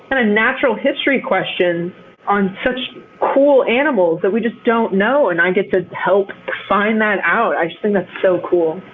and natural history questions on such cool animals that we just don't know, and i get to help find that out. i think that's so cool.